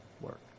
work